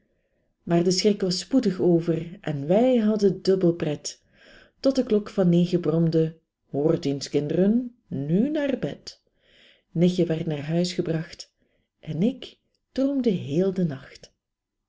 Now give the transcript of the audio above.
maar de schrik was spoedig over en wij hadden dubbel pret tot de klok van negen bromde hoort eens kind'ren nu naar bed nichtje werd naar huis gebracht en ik droomde heel den nacht